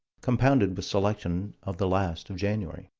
compounded with selection of the last of january.